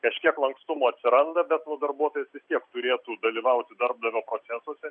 kažkiek lankstumo atsiranda be nu darbuotojas vis tiek turėtų dalyvauti darbdavio procesuose